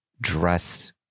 dress